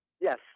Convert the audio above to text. Yes